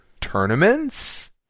tournaments